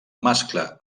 mascle